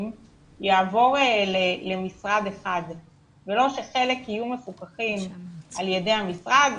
יעבור למשרד אחד ולא שחלק יהיו מפוקחים על ידי המשרד,